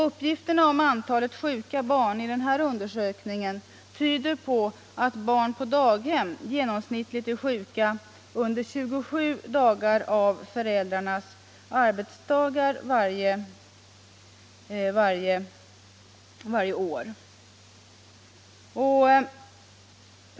Uppgifterna i den undersökningen om antalet sjuka barn tyder på att barn på daghem genomsnittligt är sjuka under 27 av föräldrarnas arbetsdagar varje år.